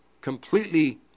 completely